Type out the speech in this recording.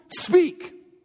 speak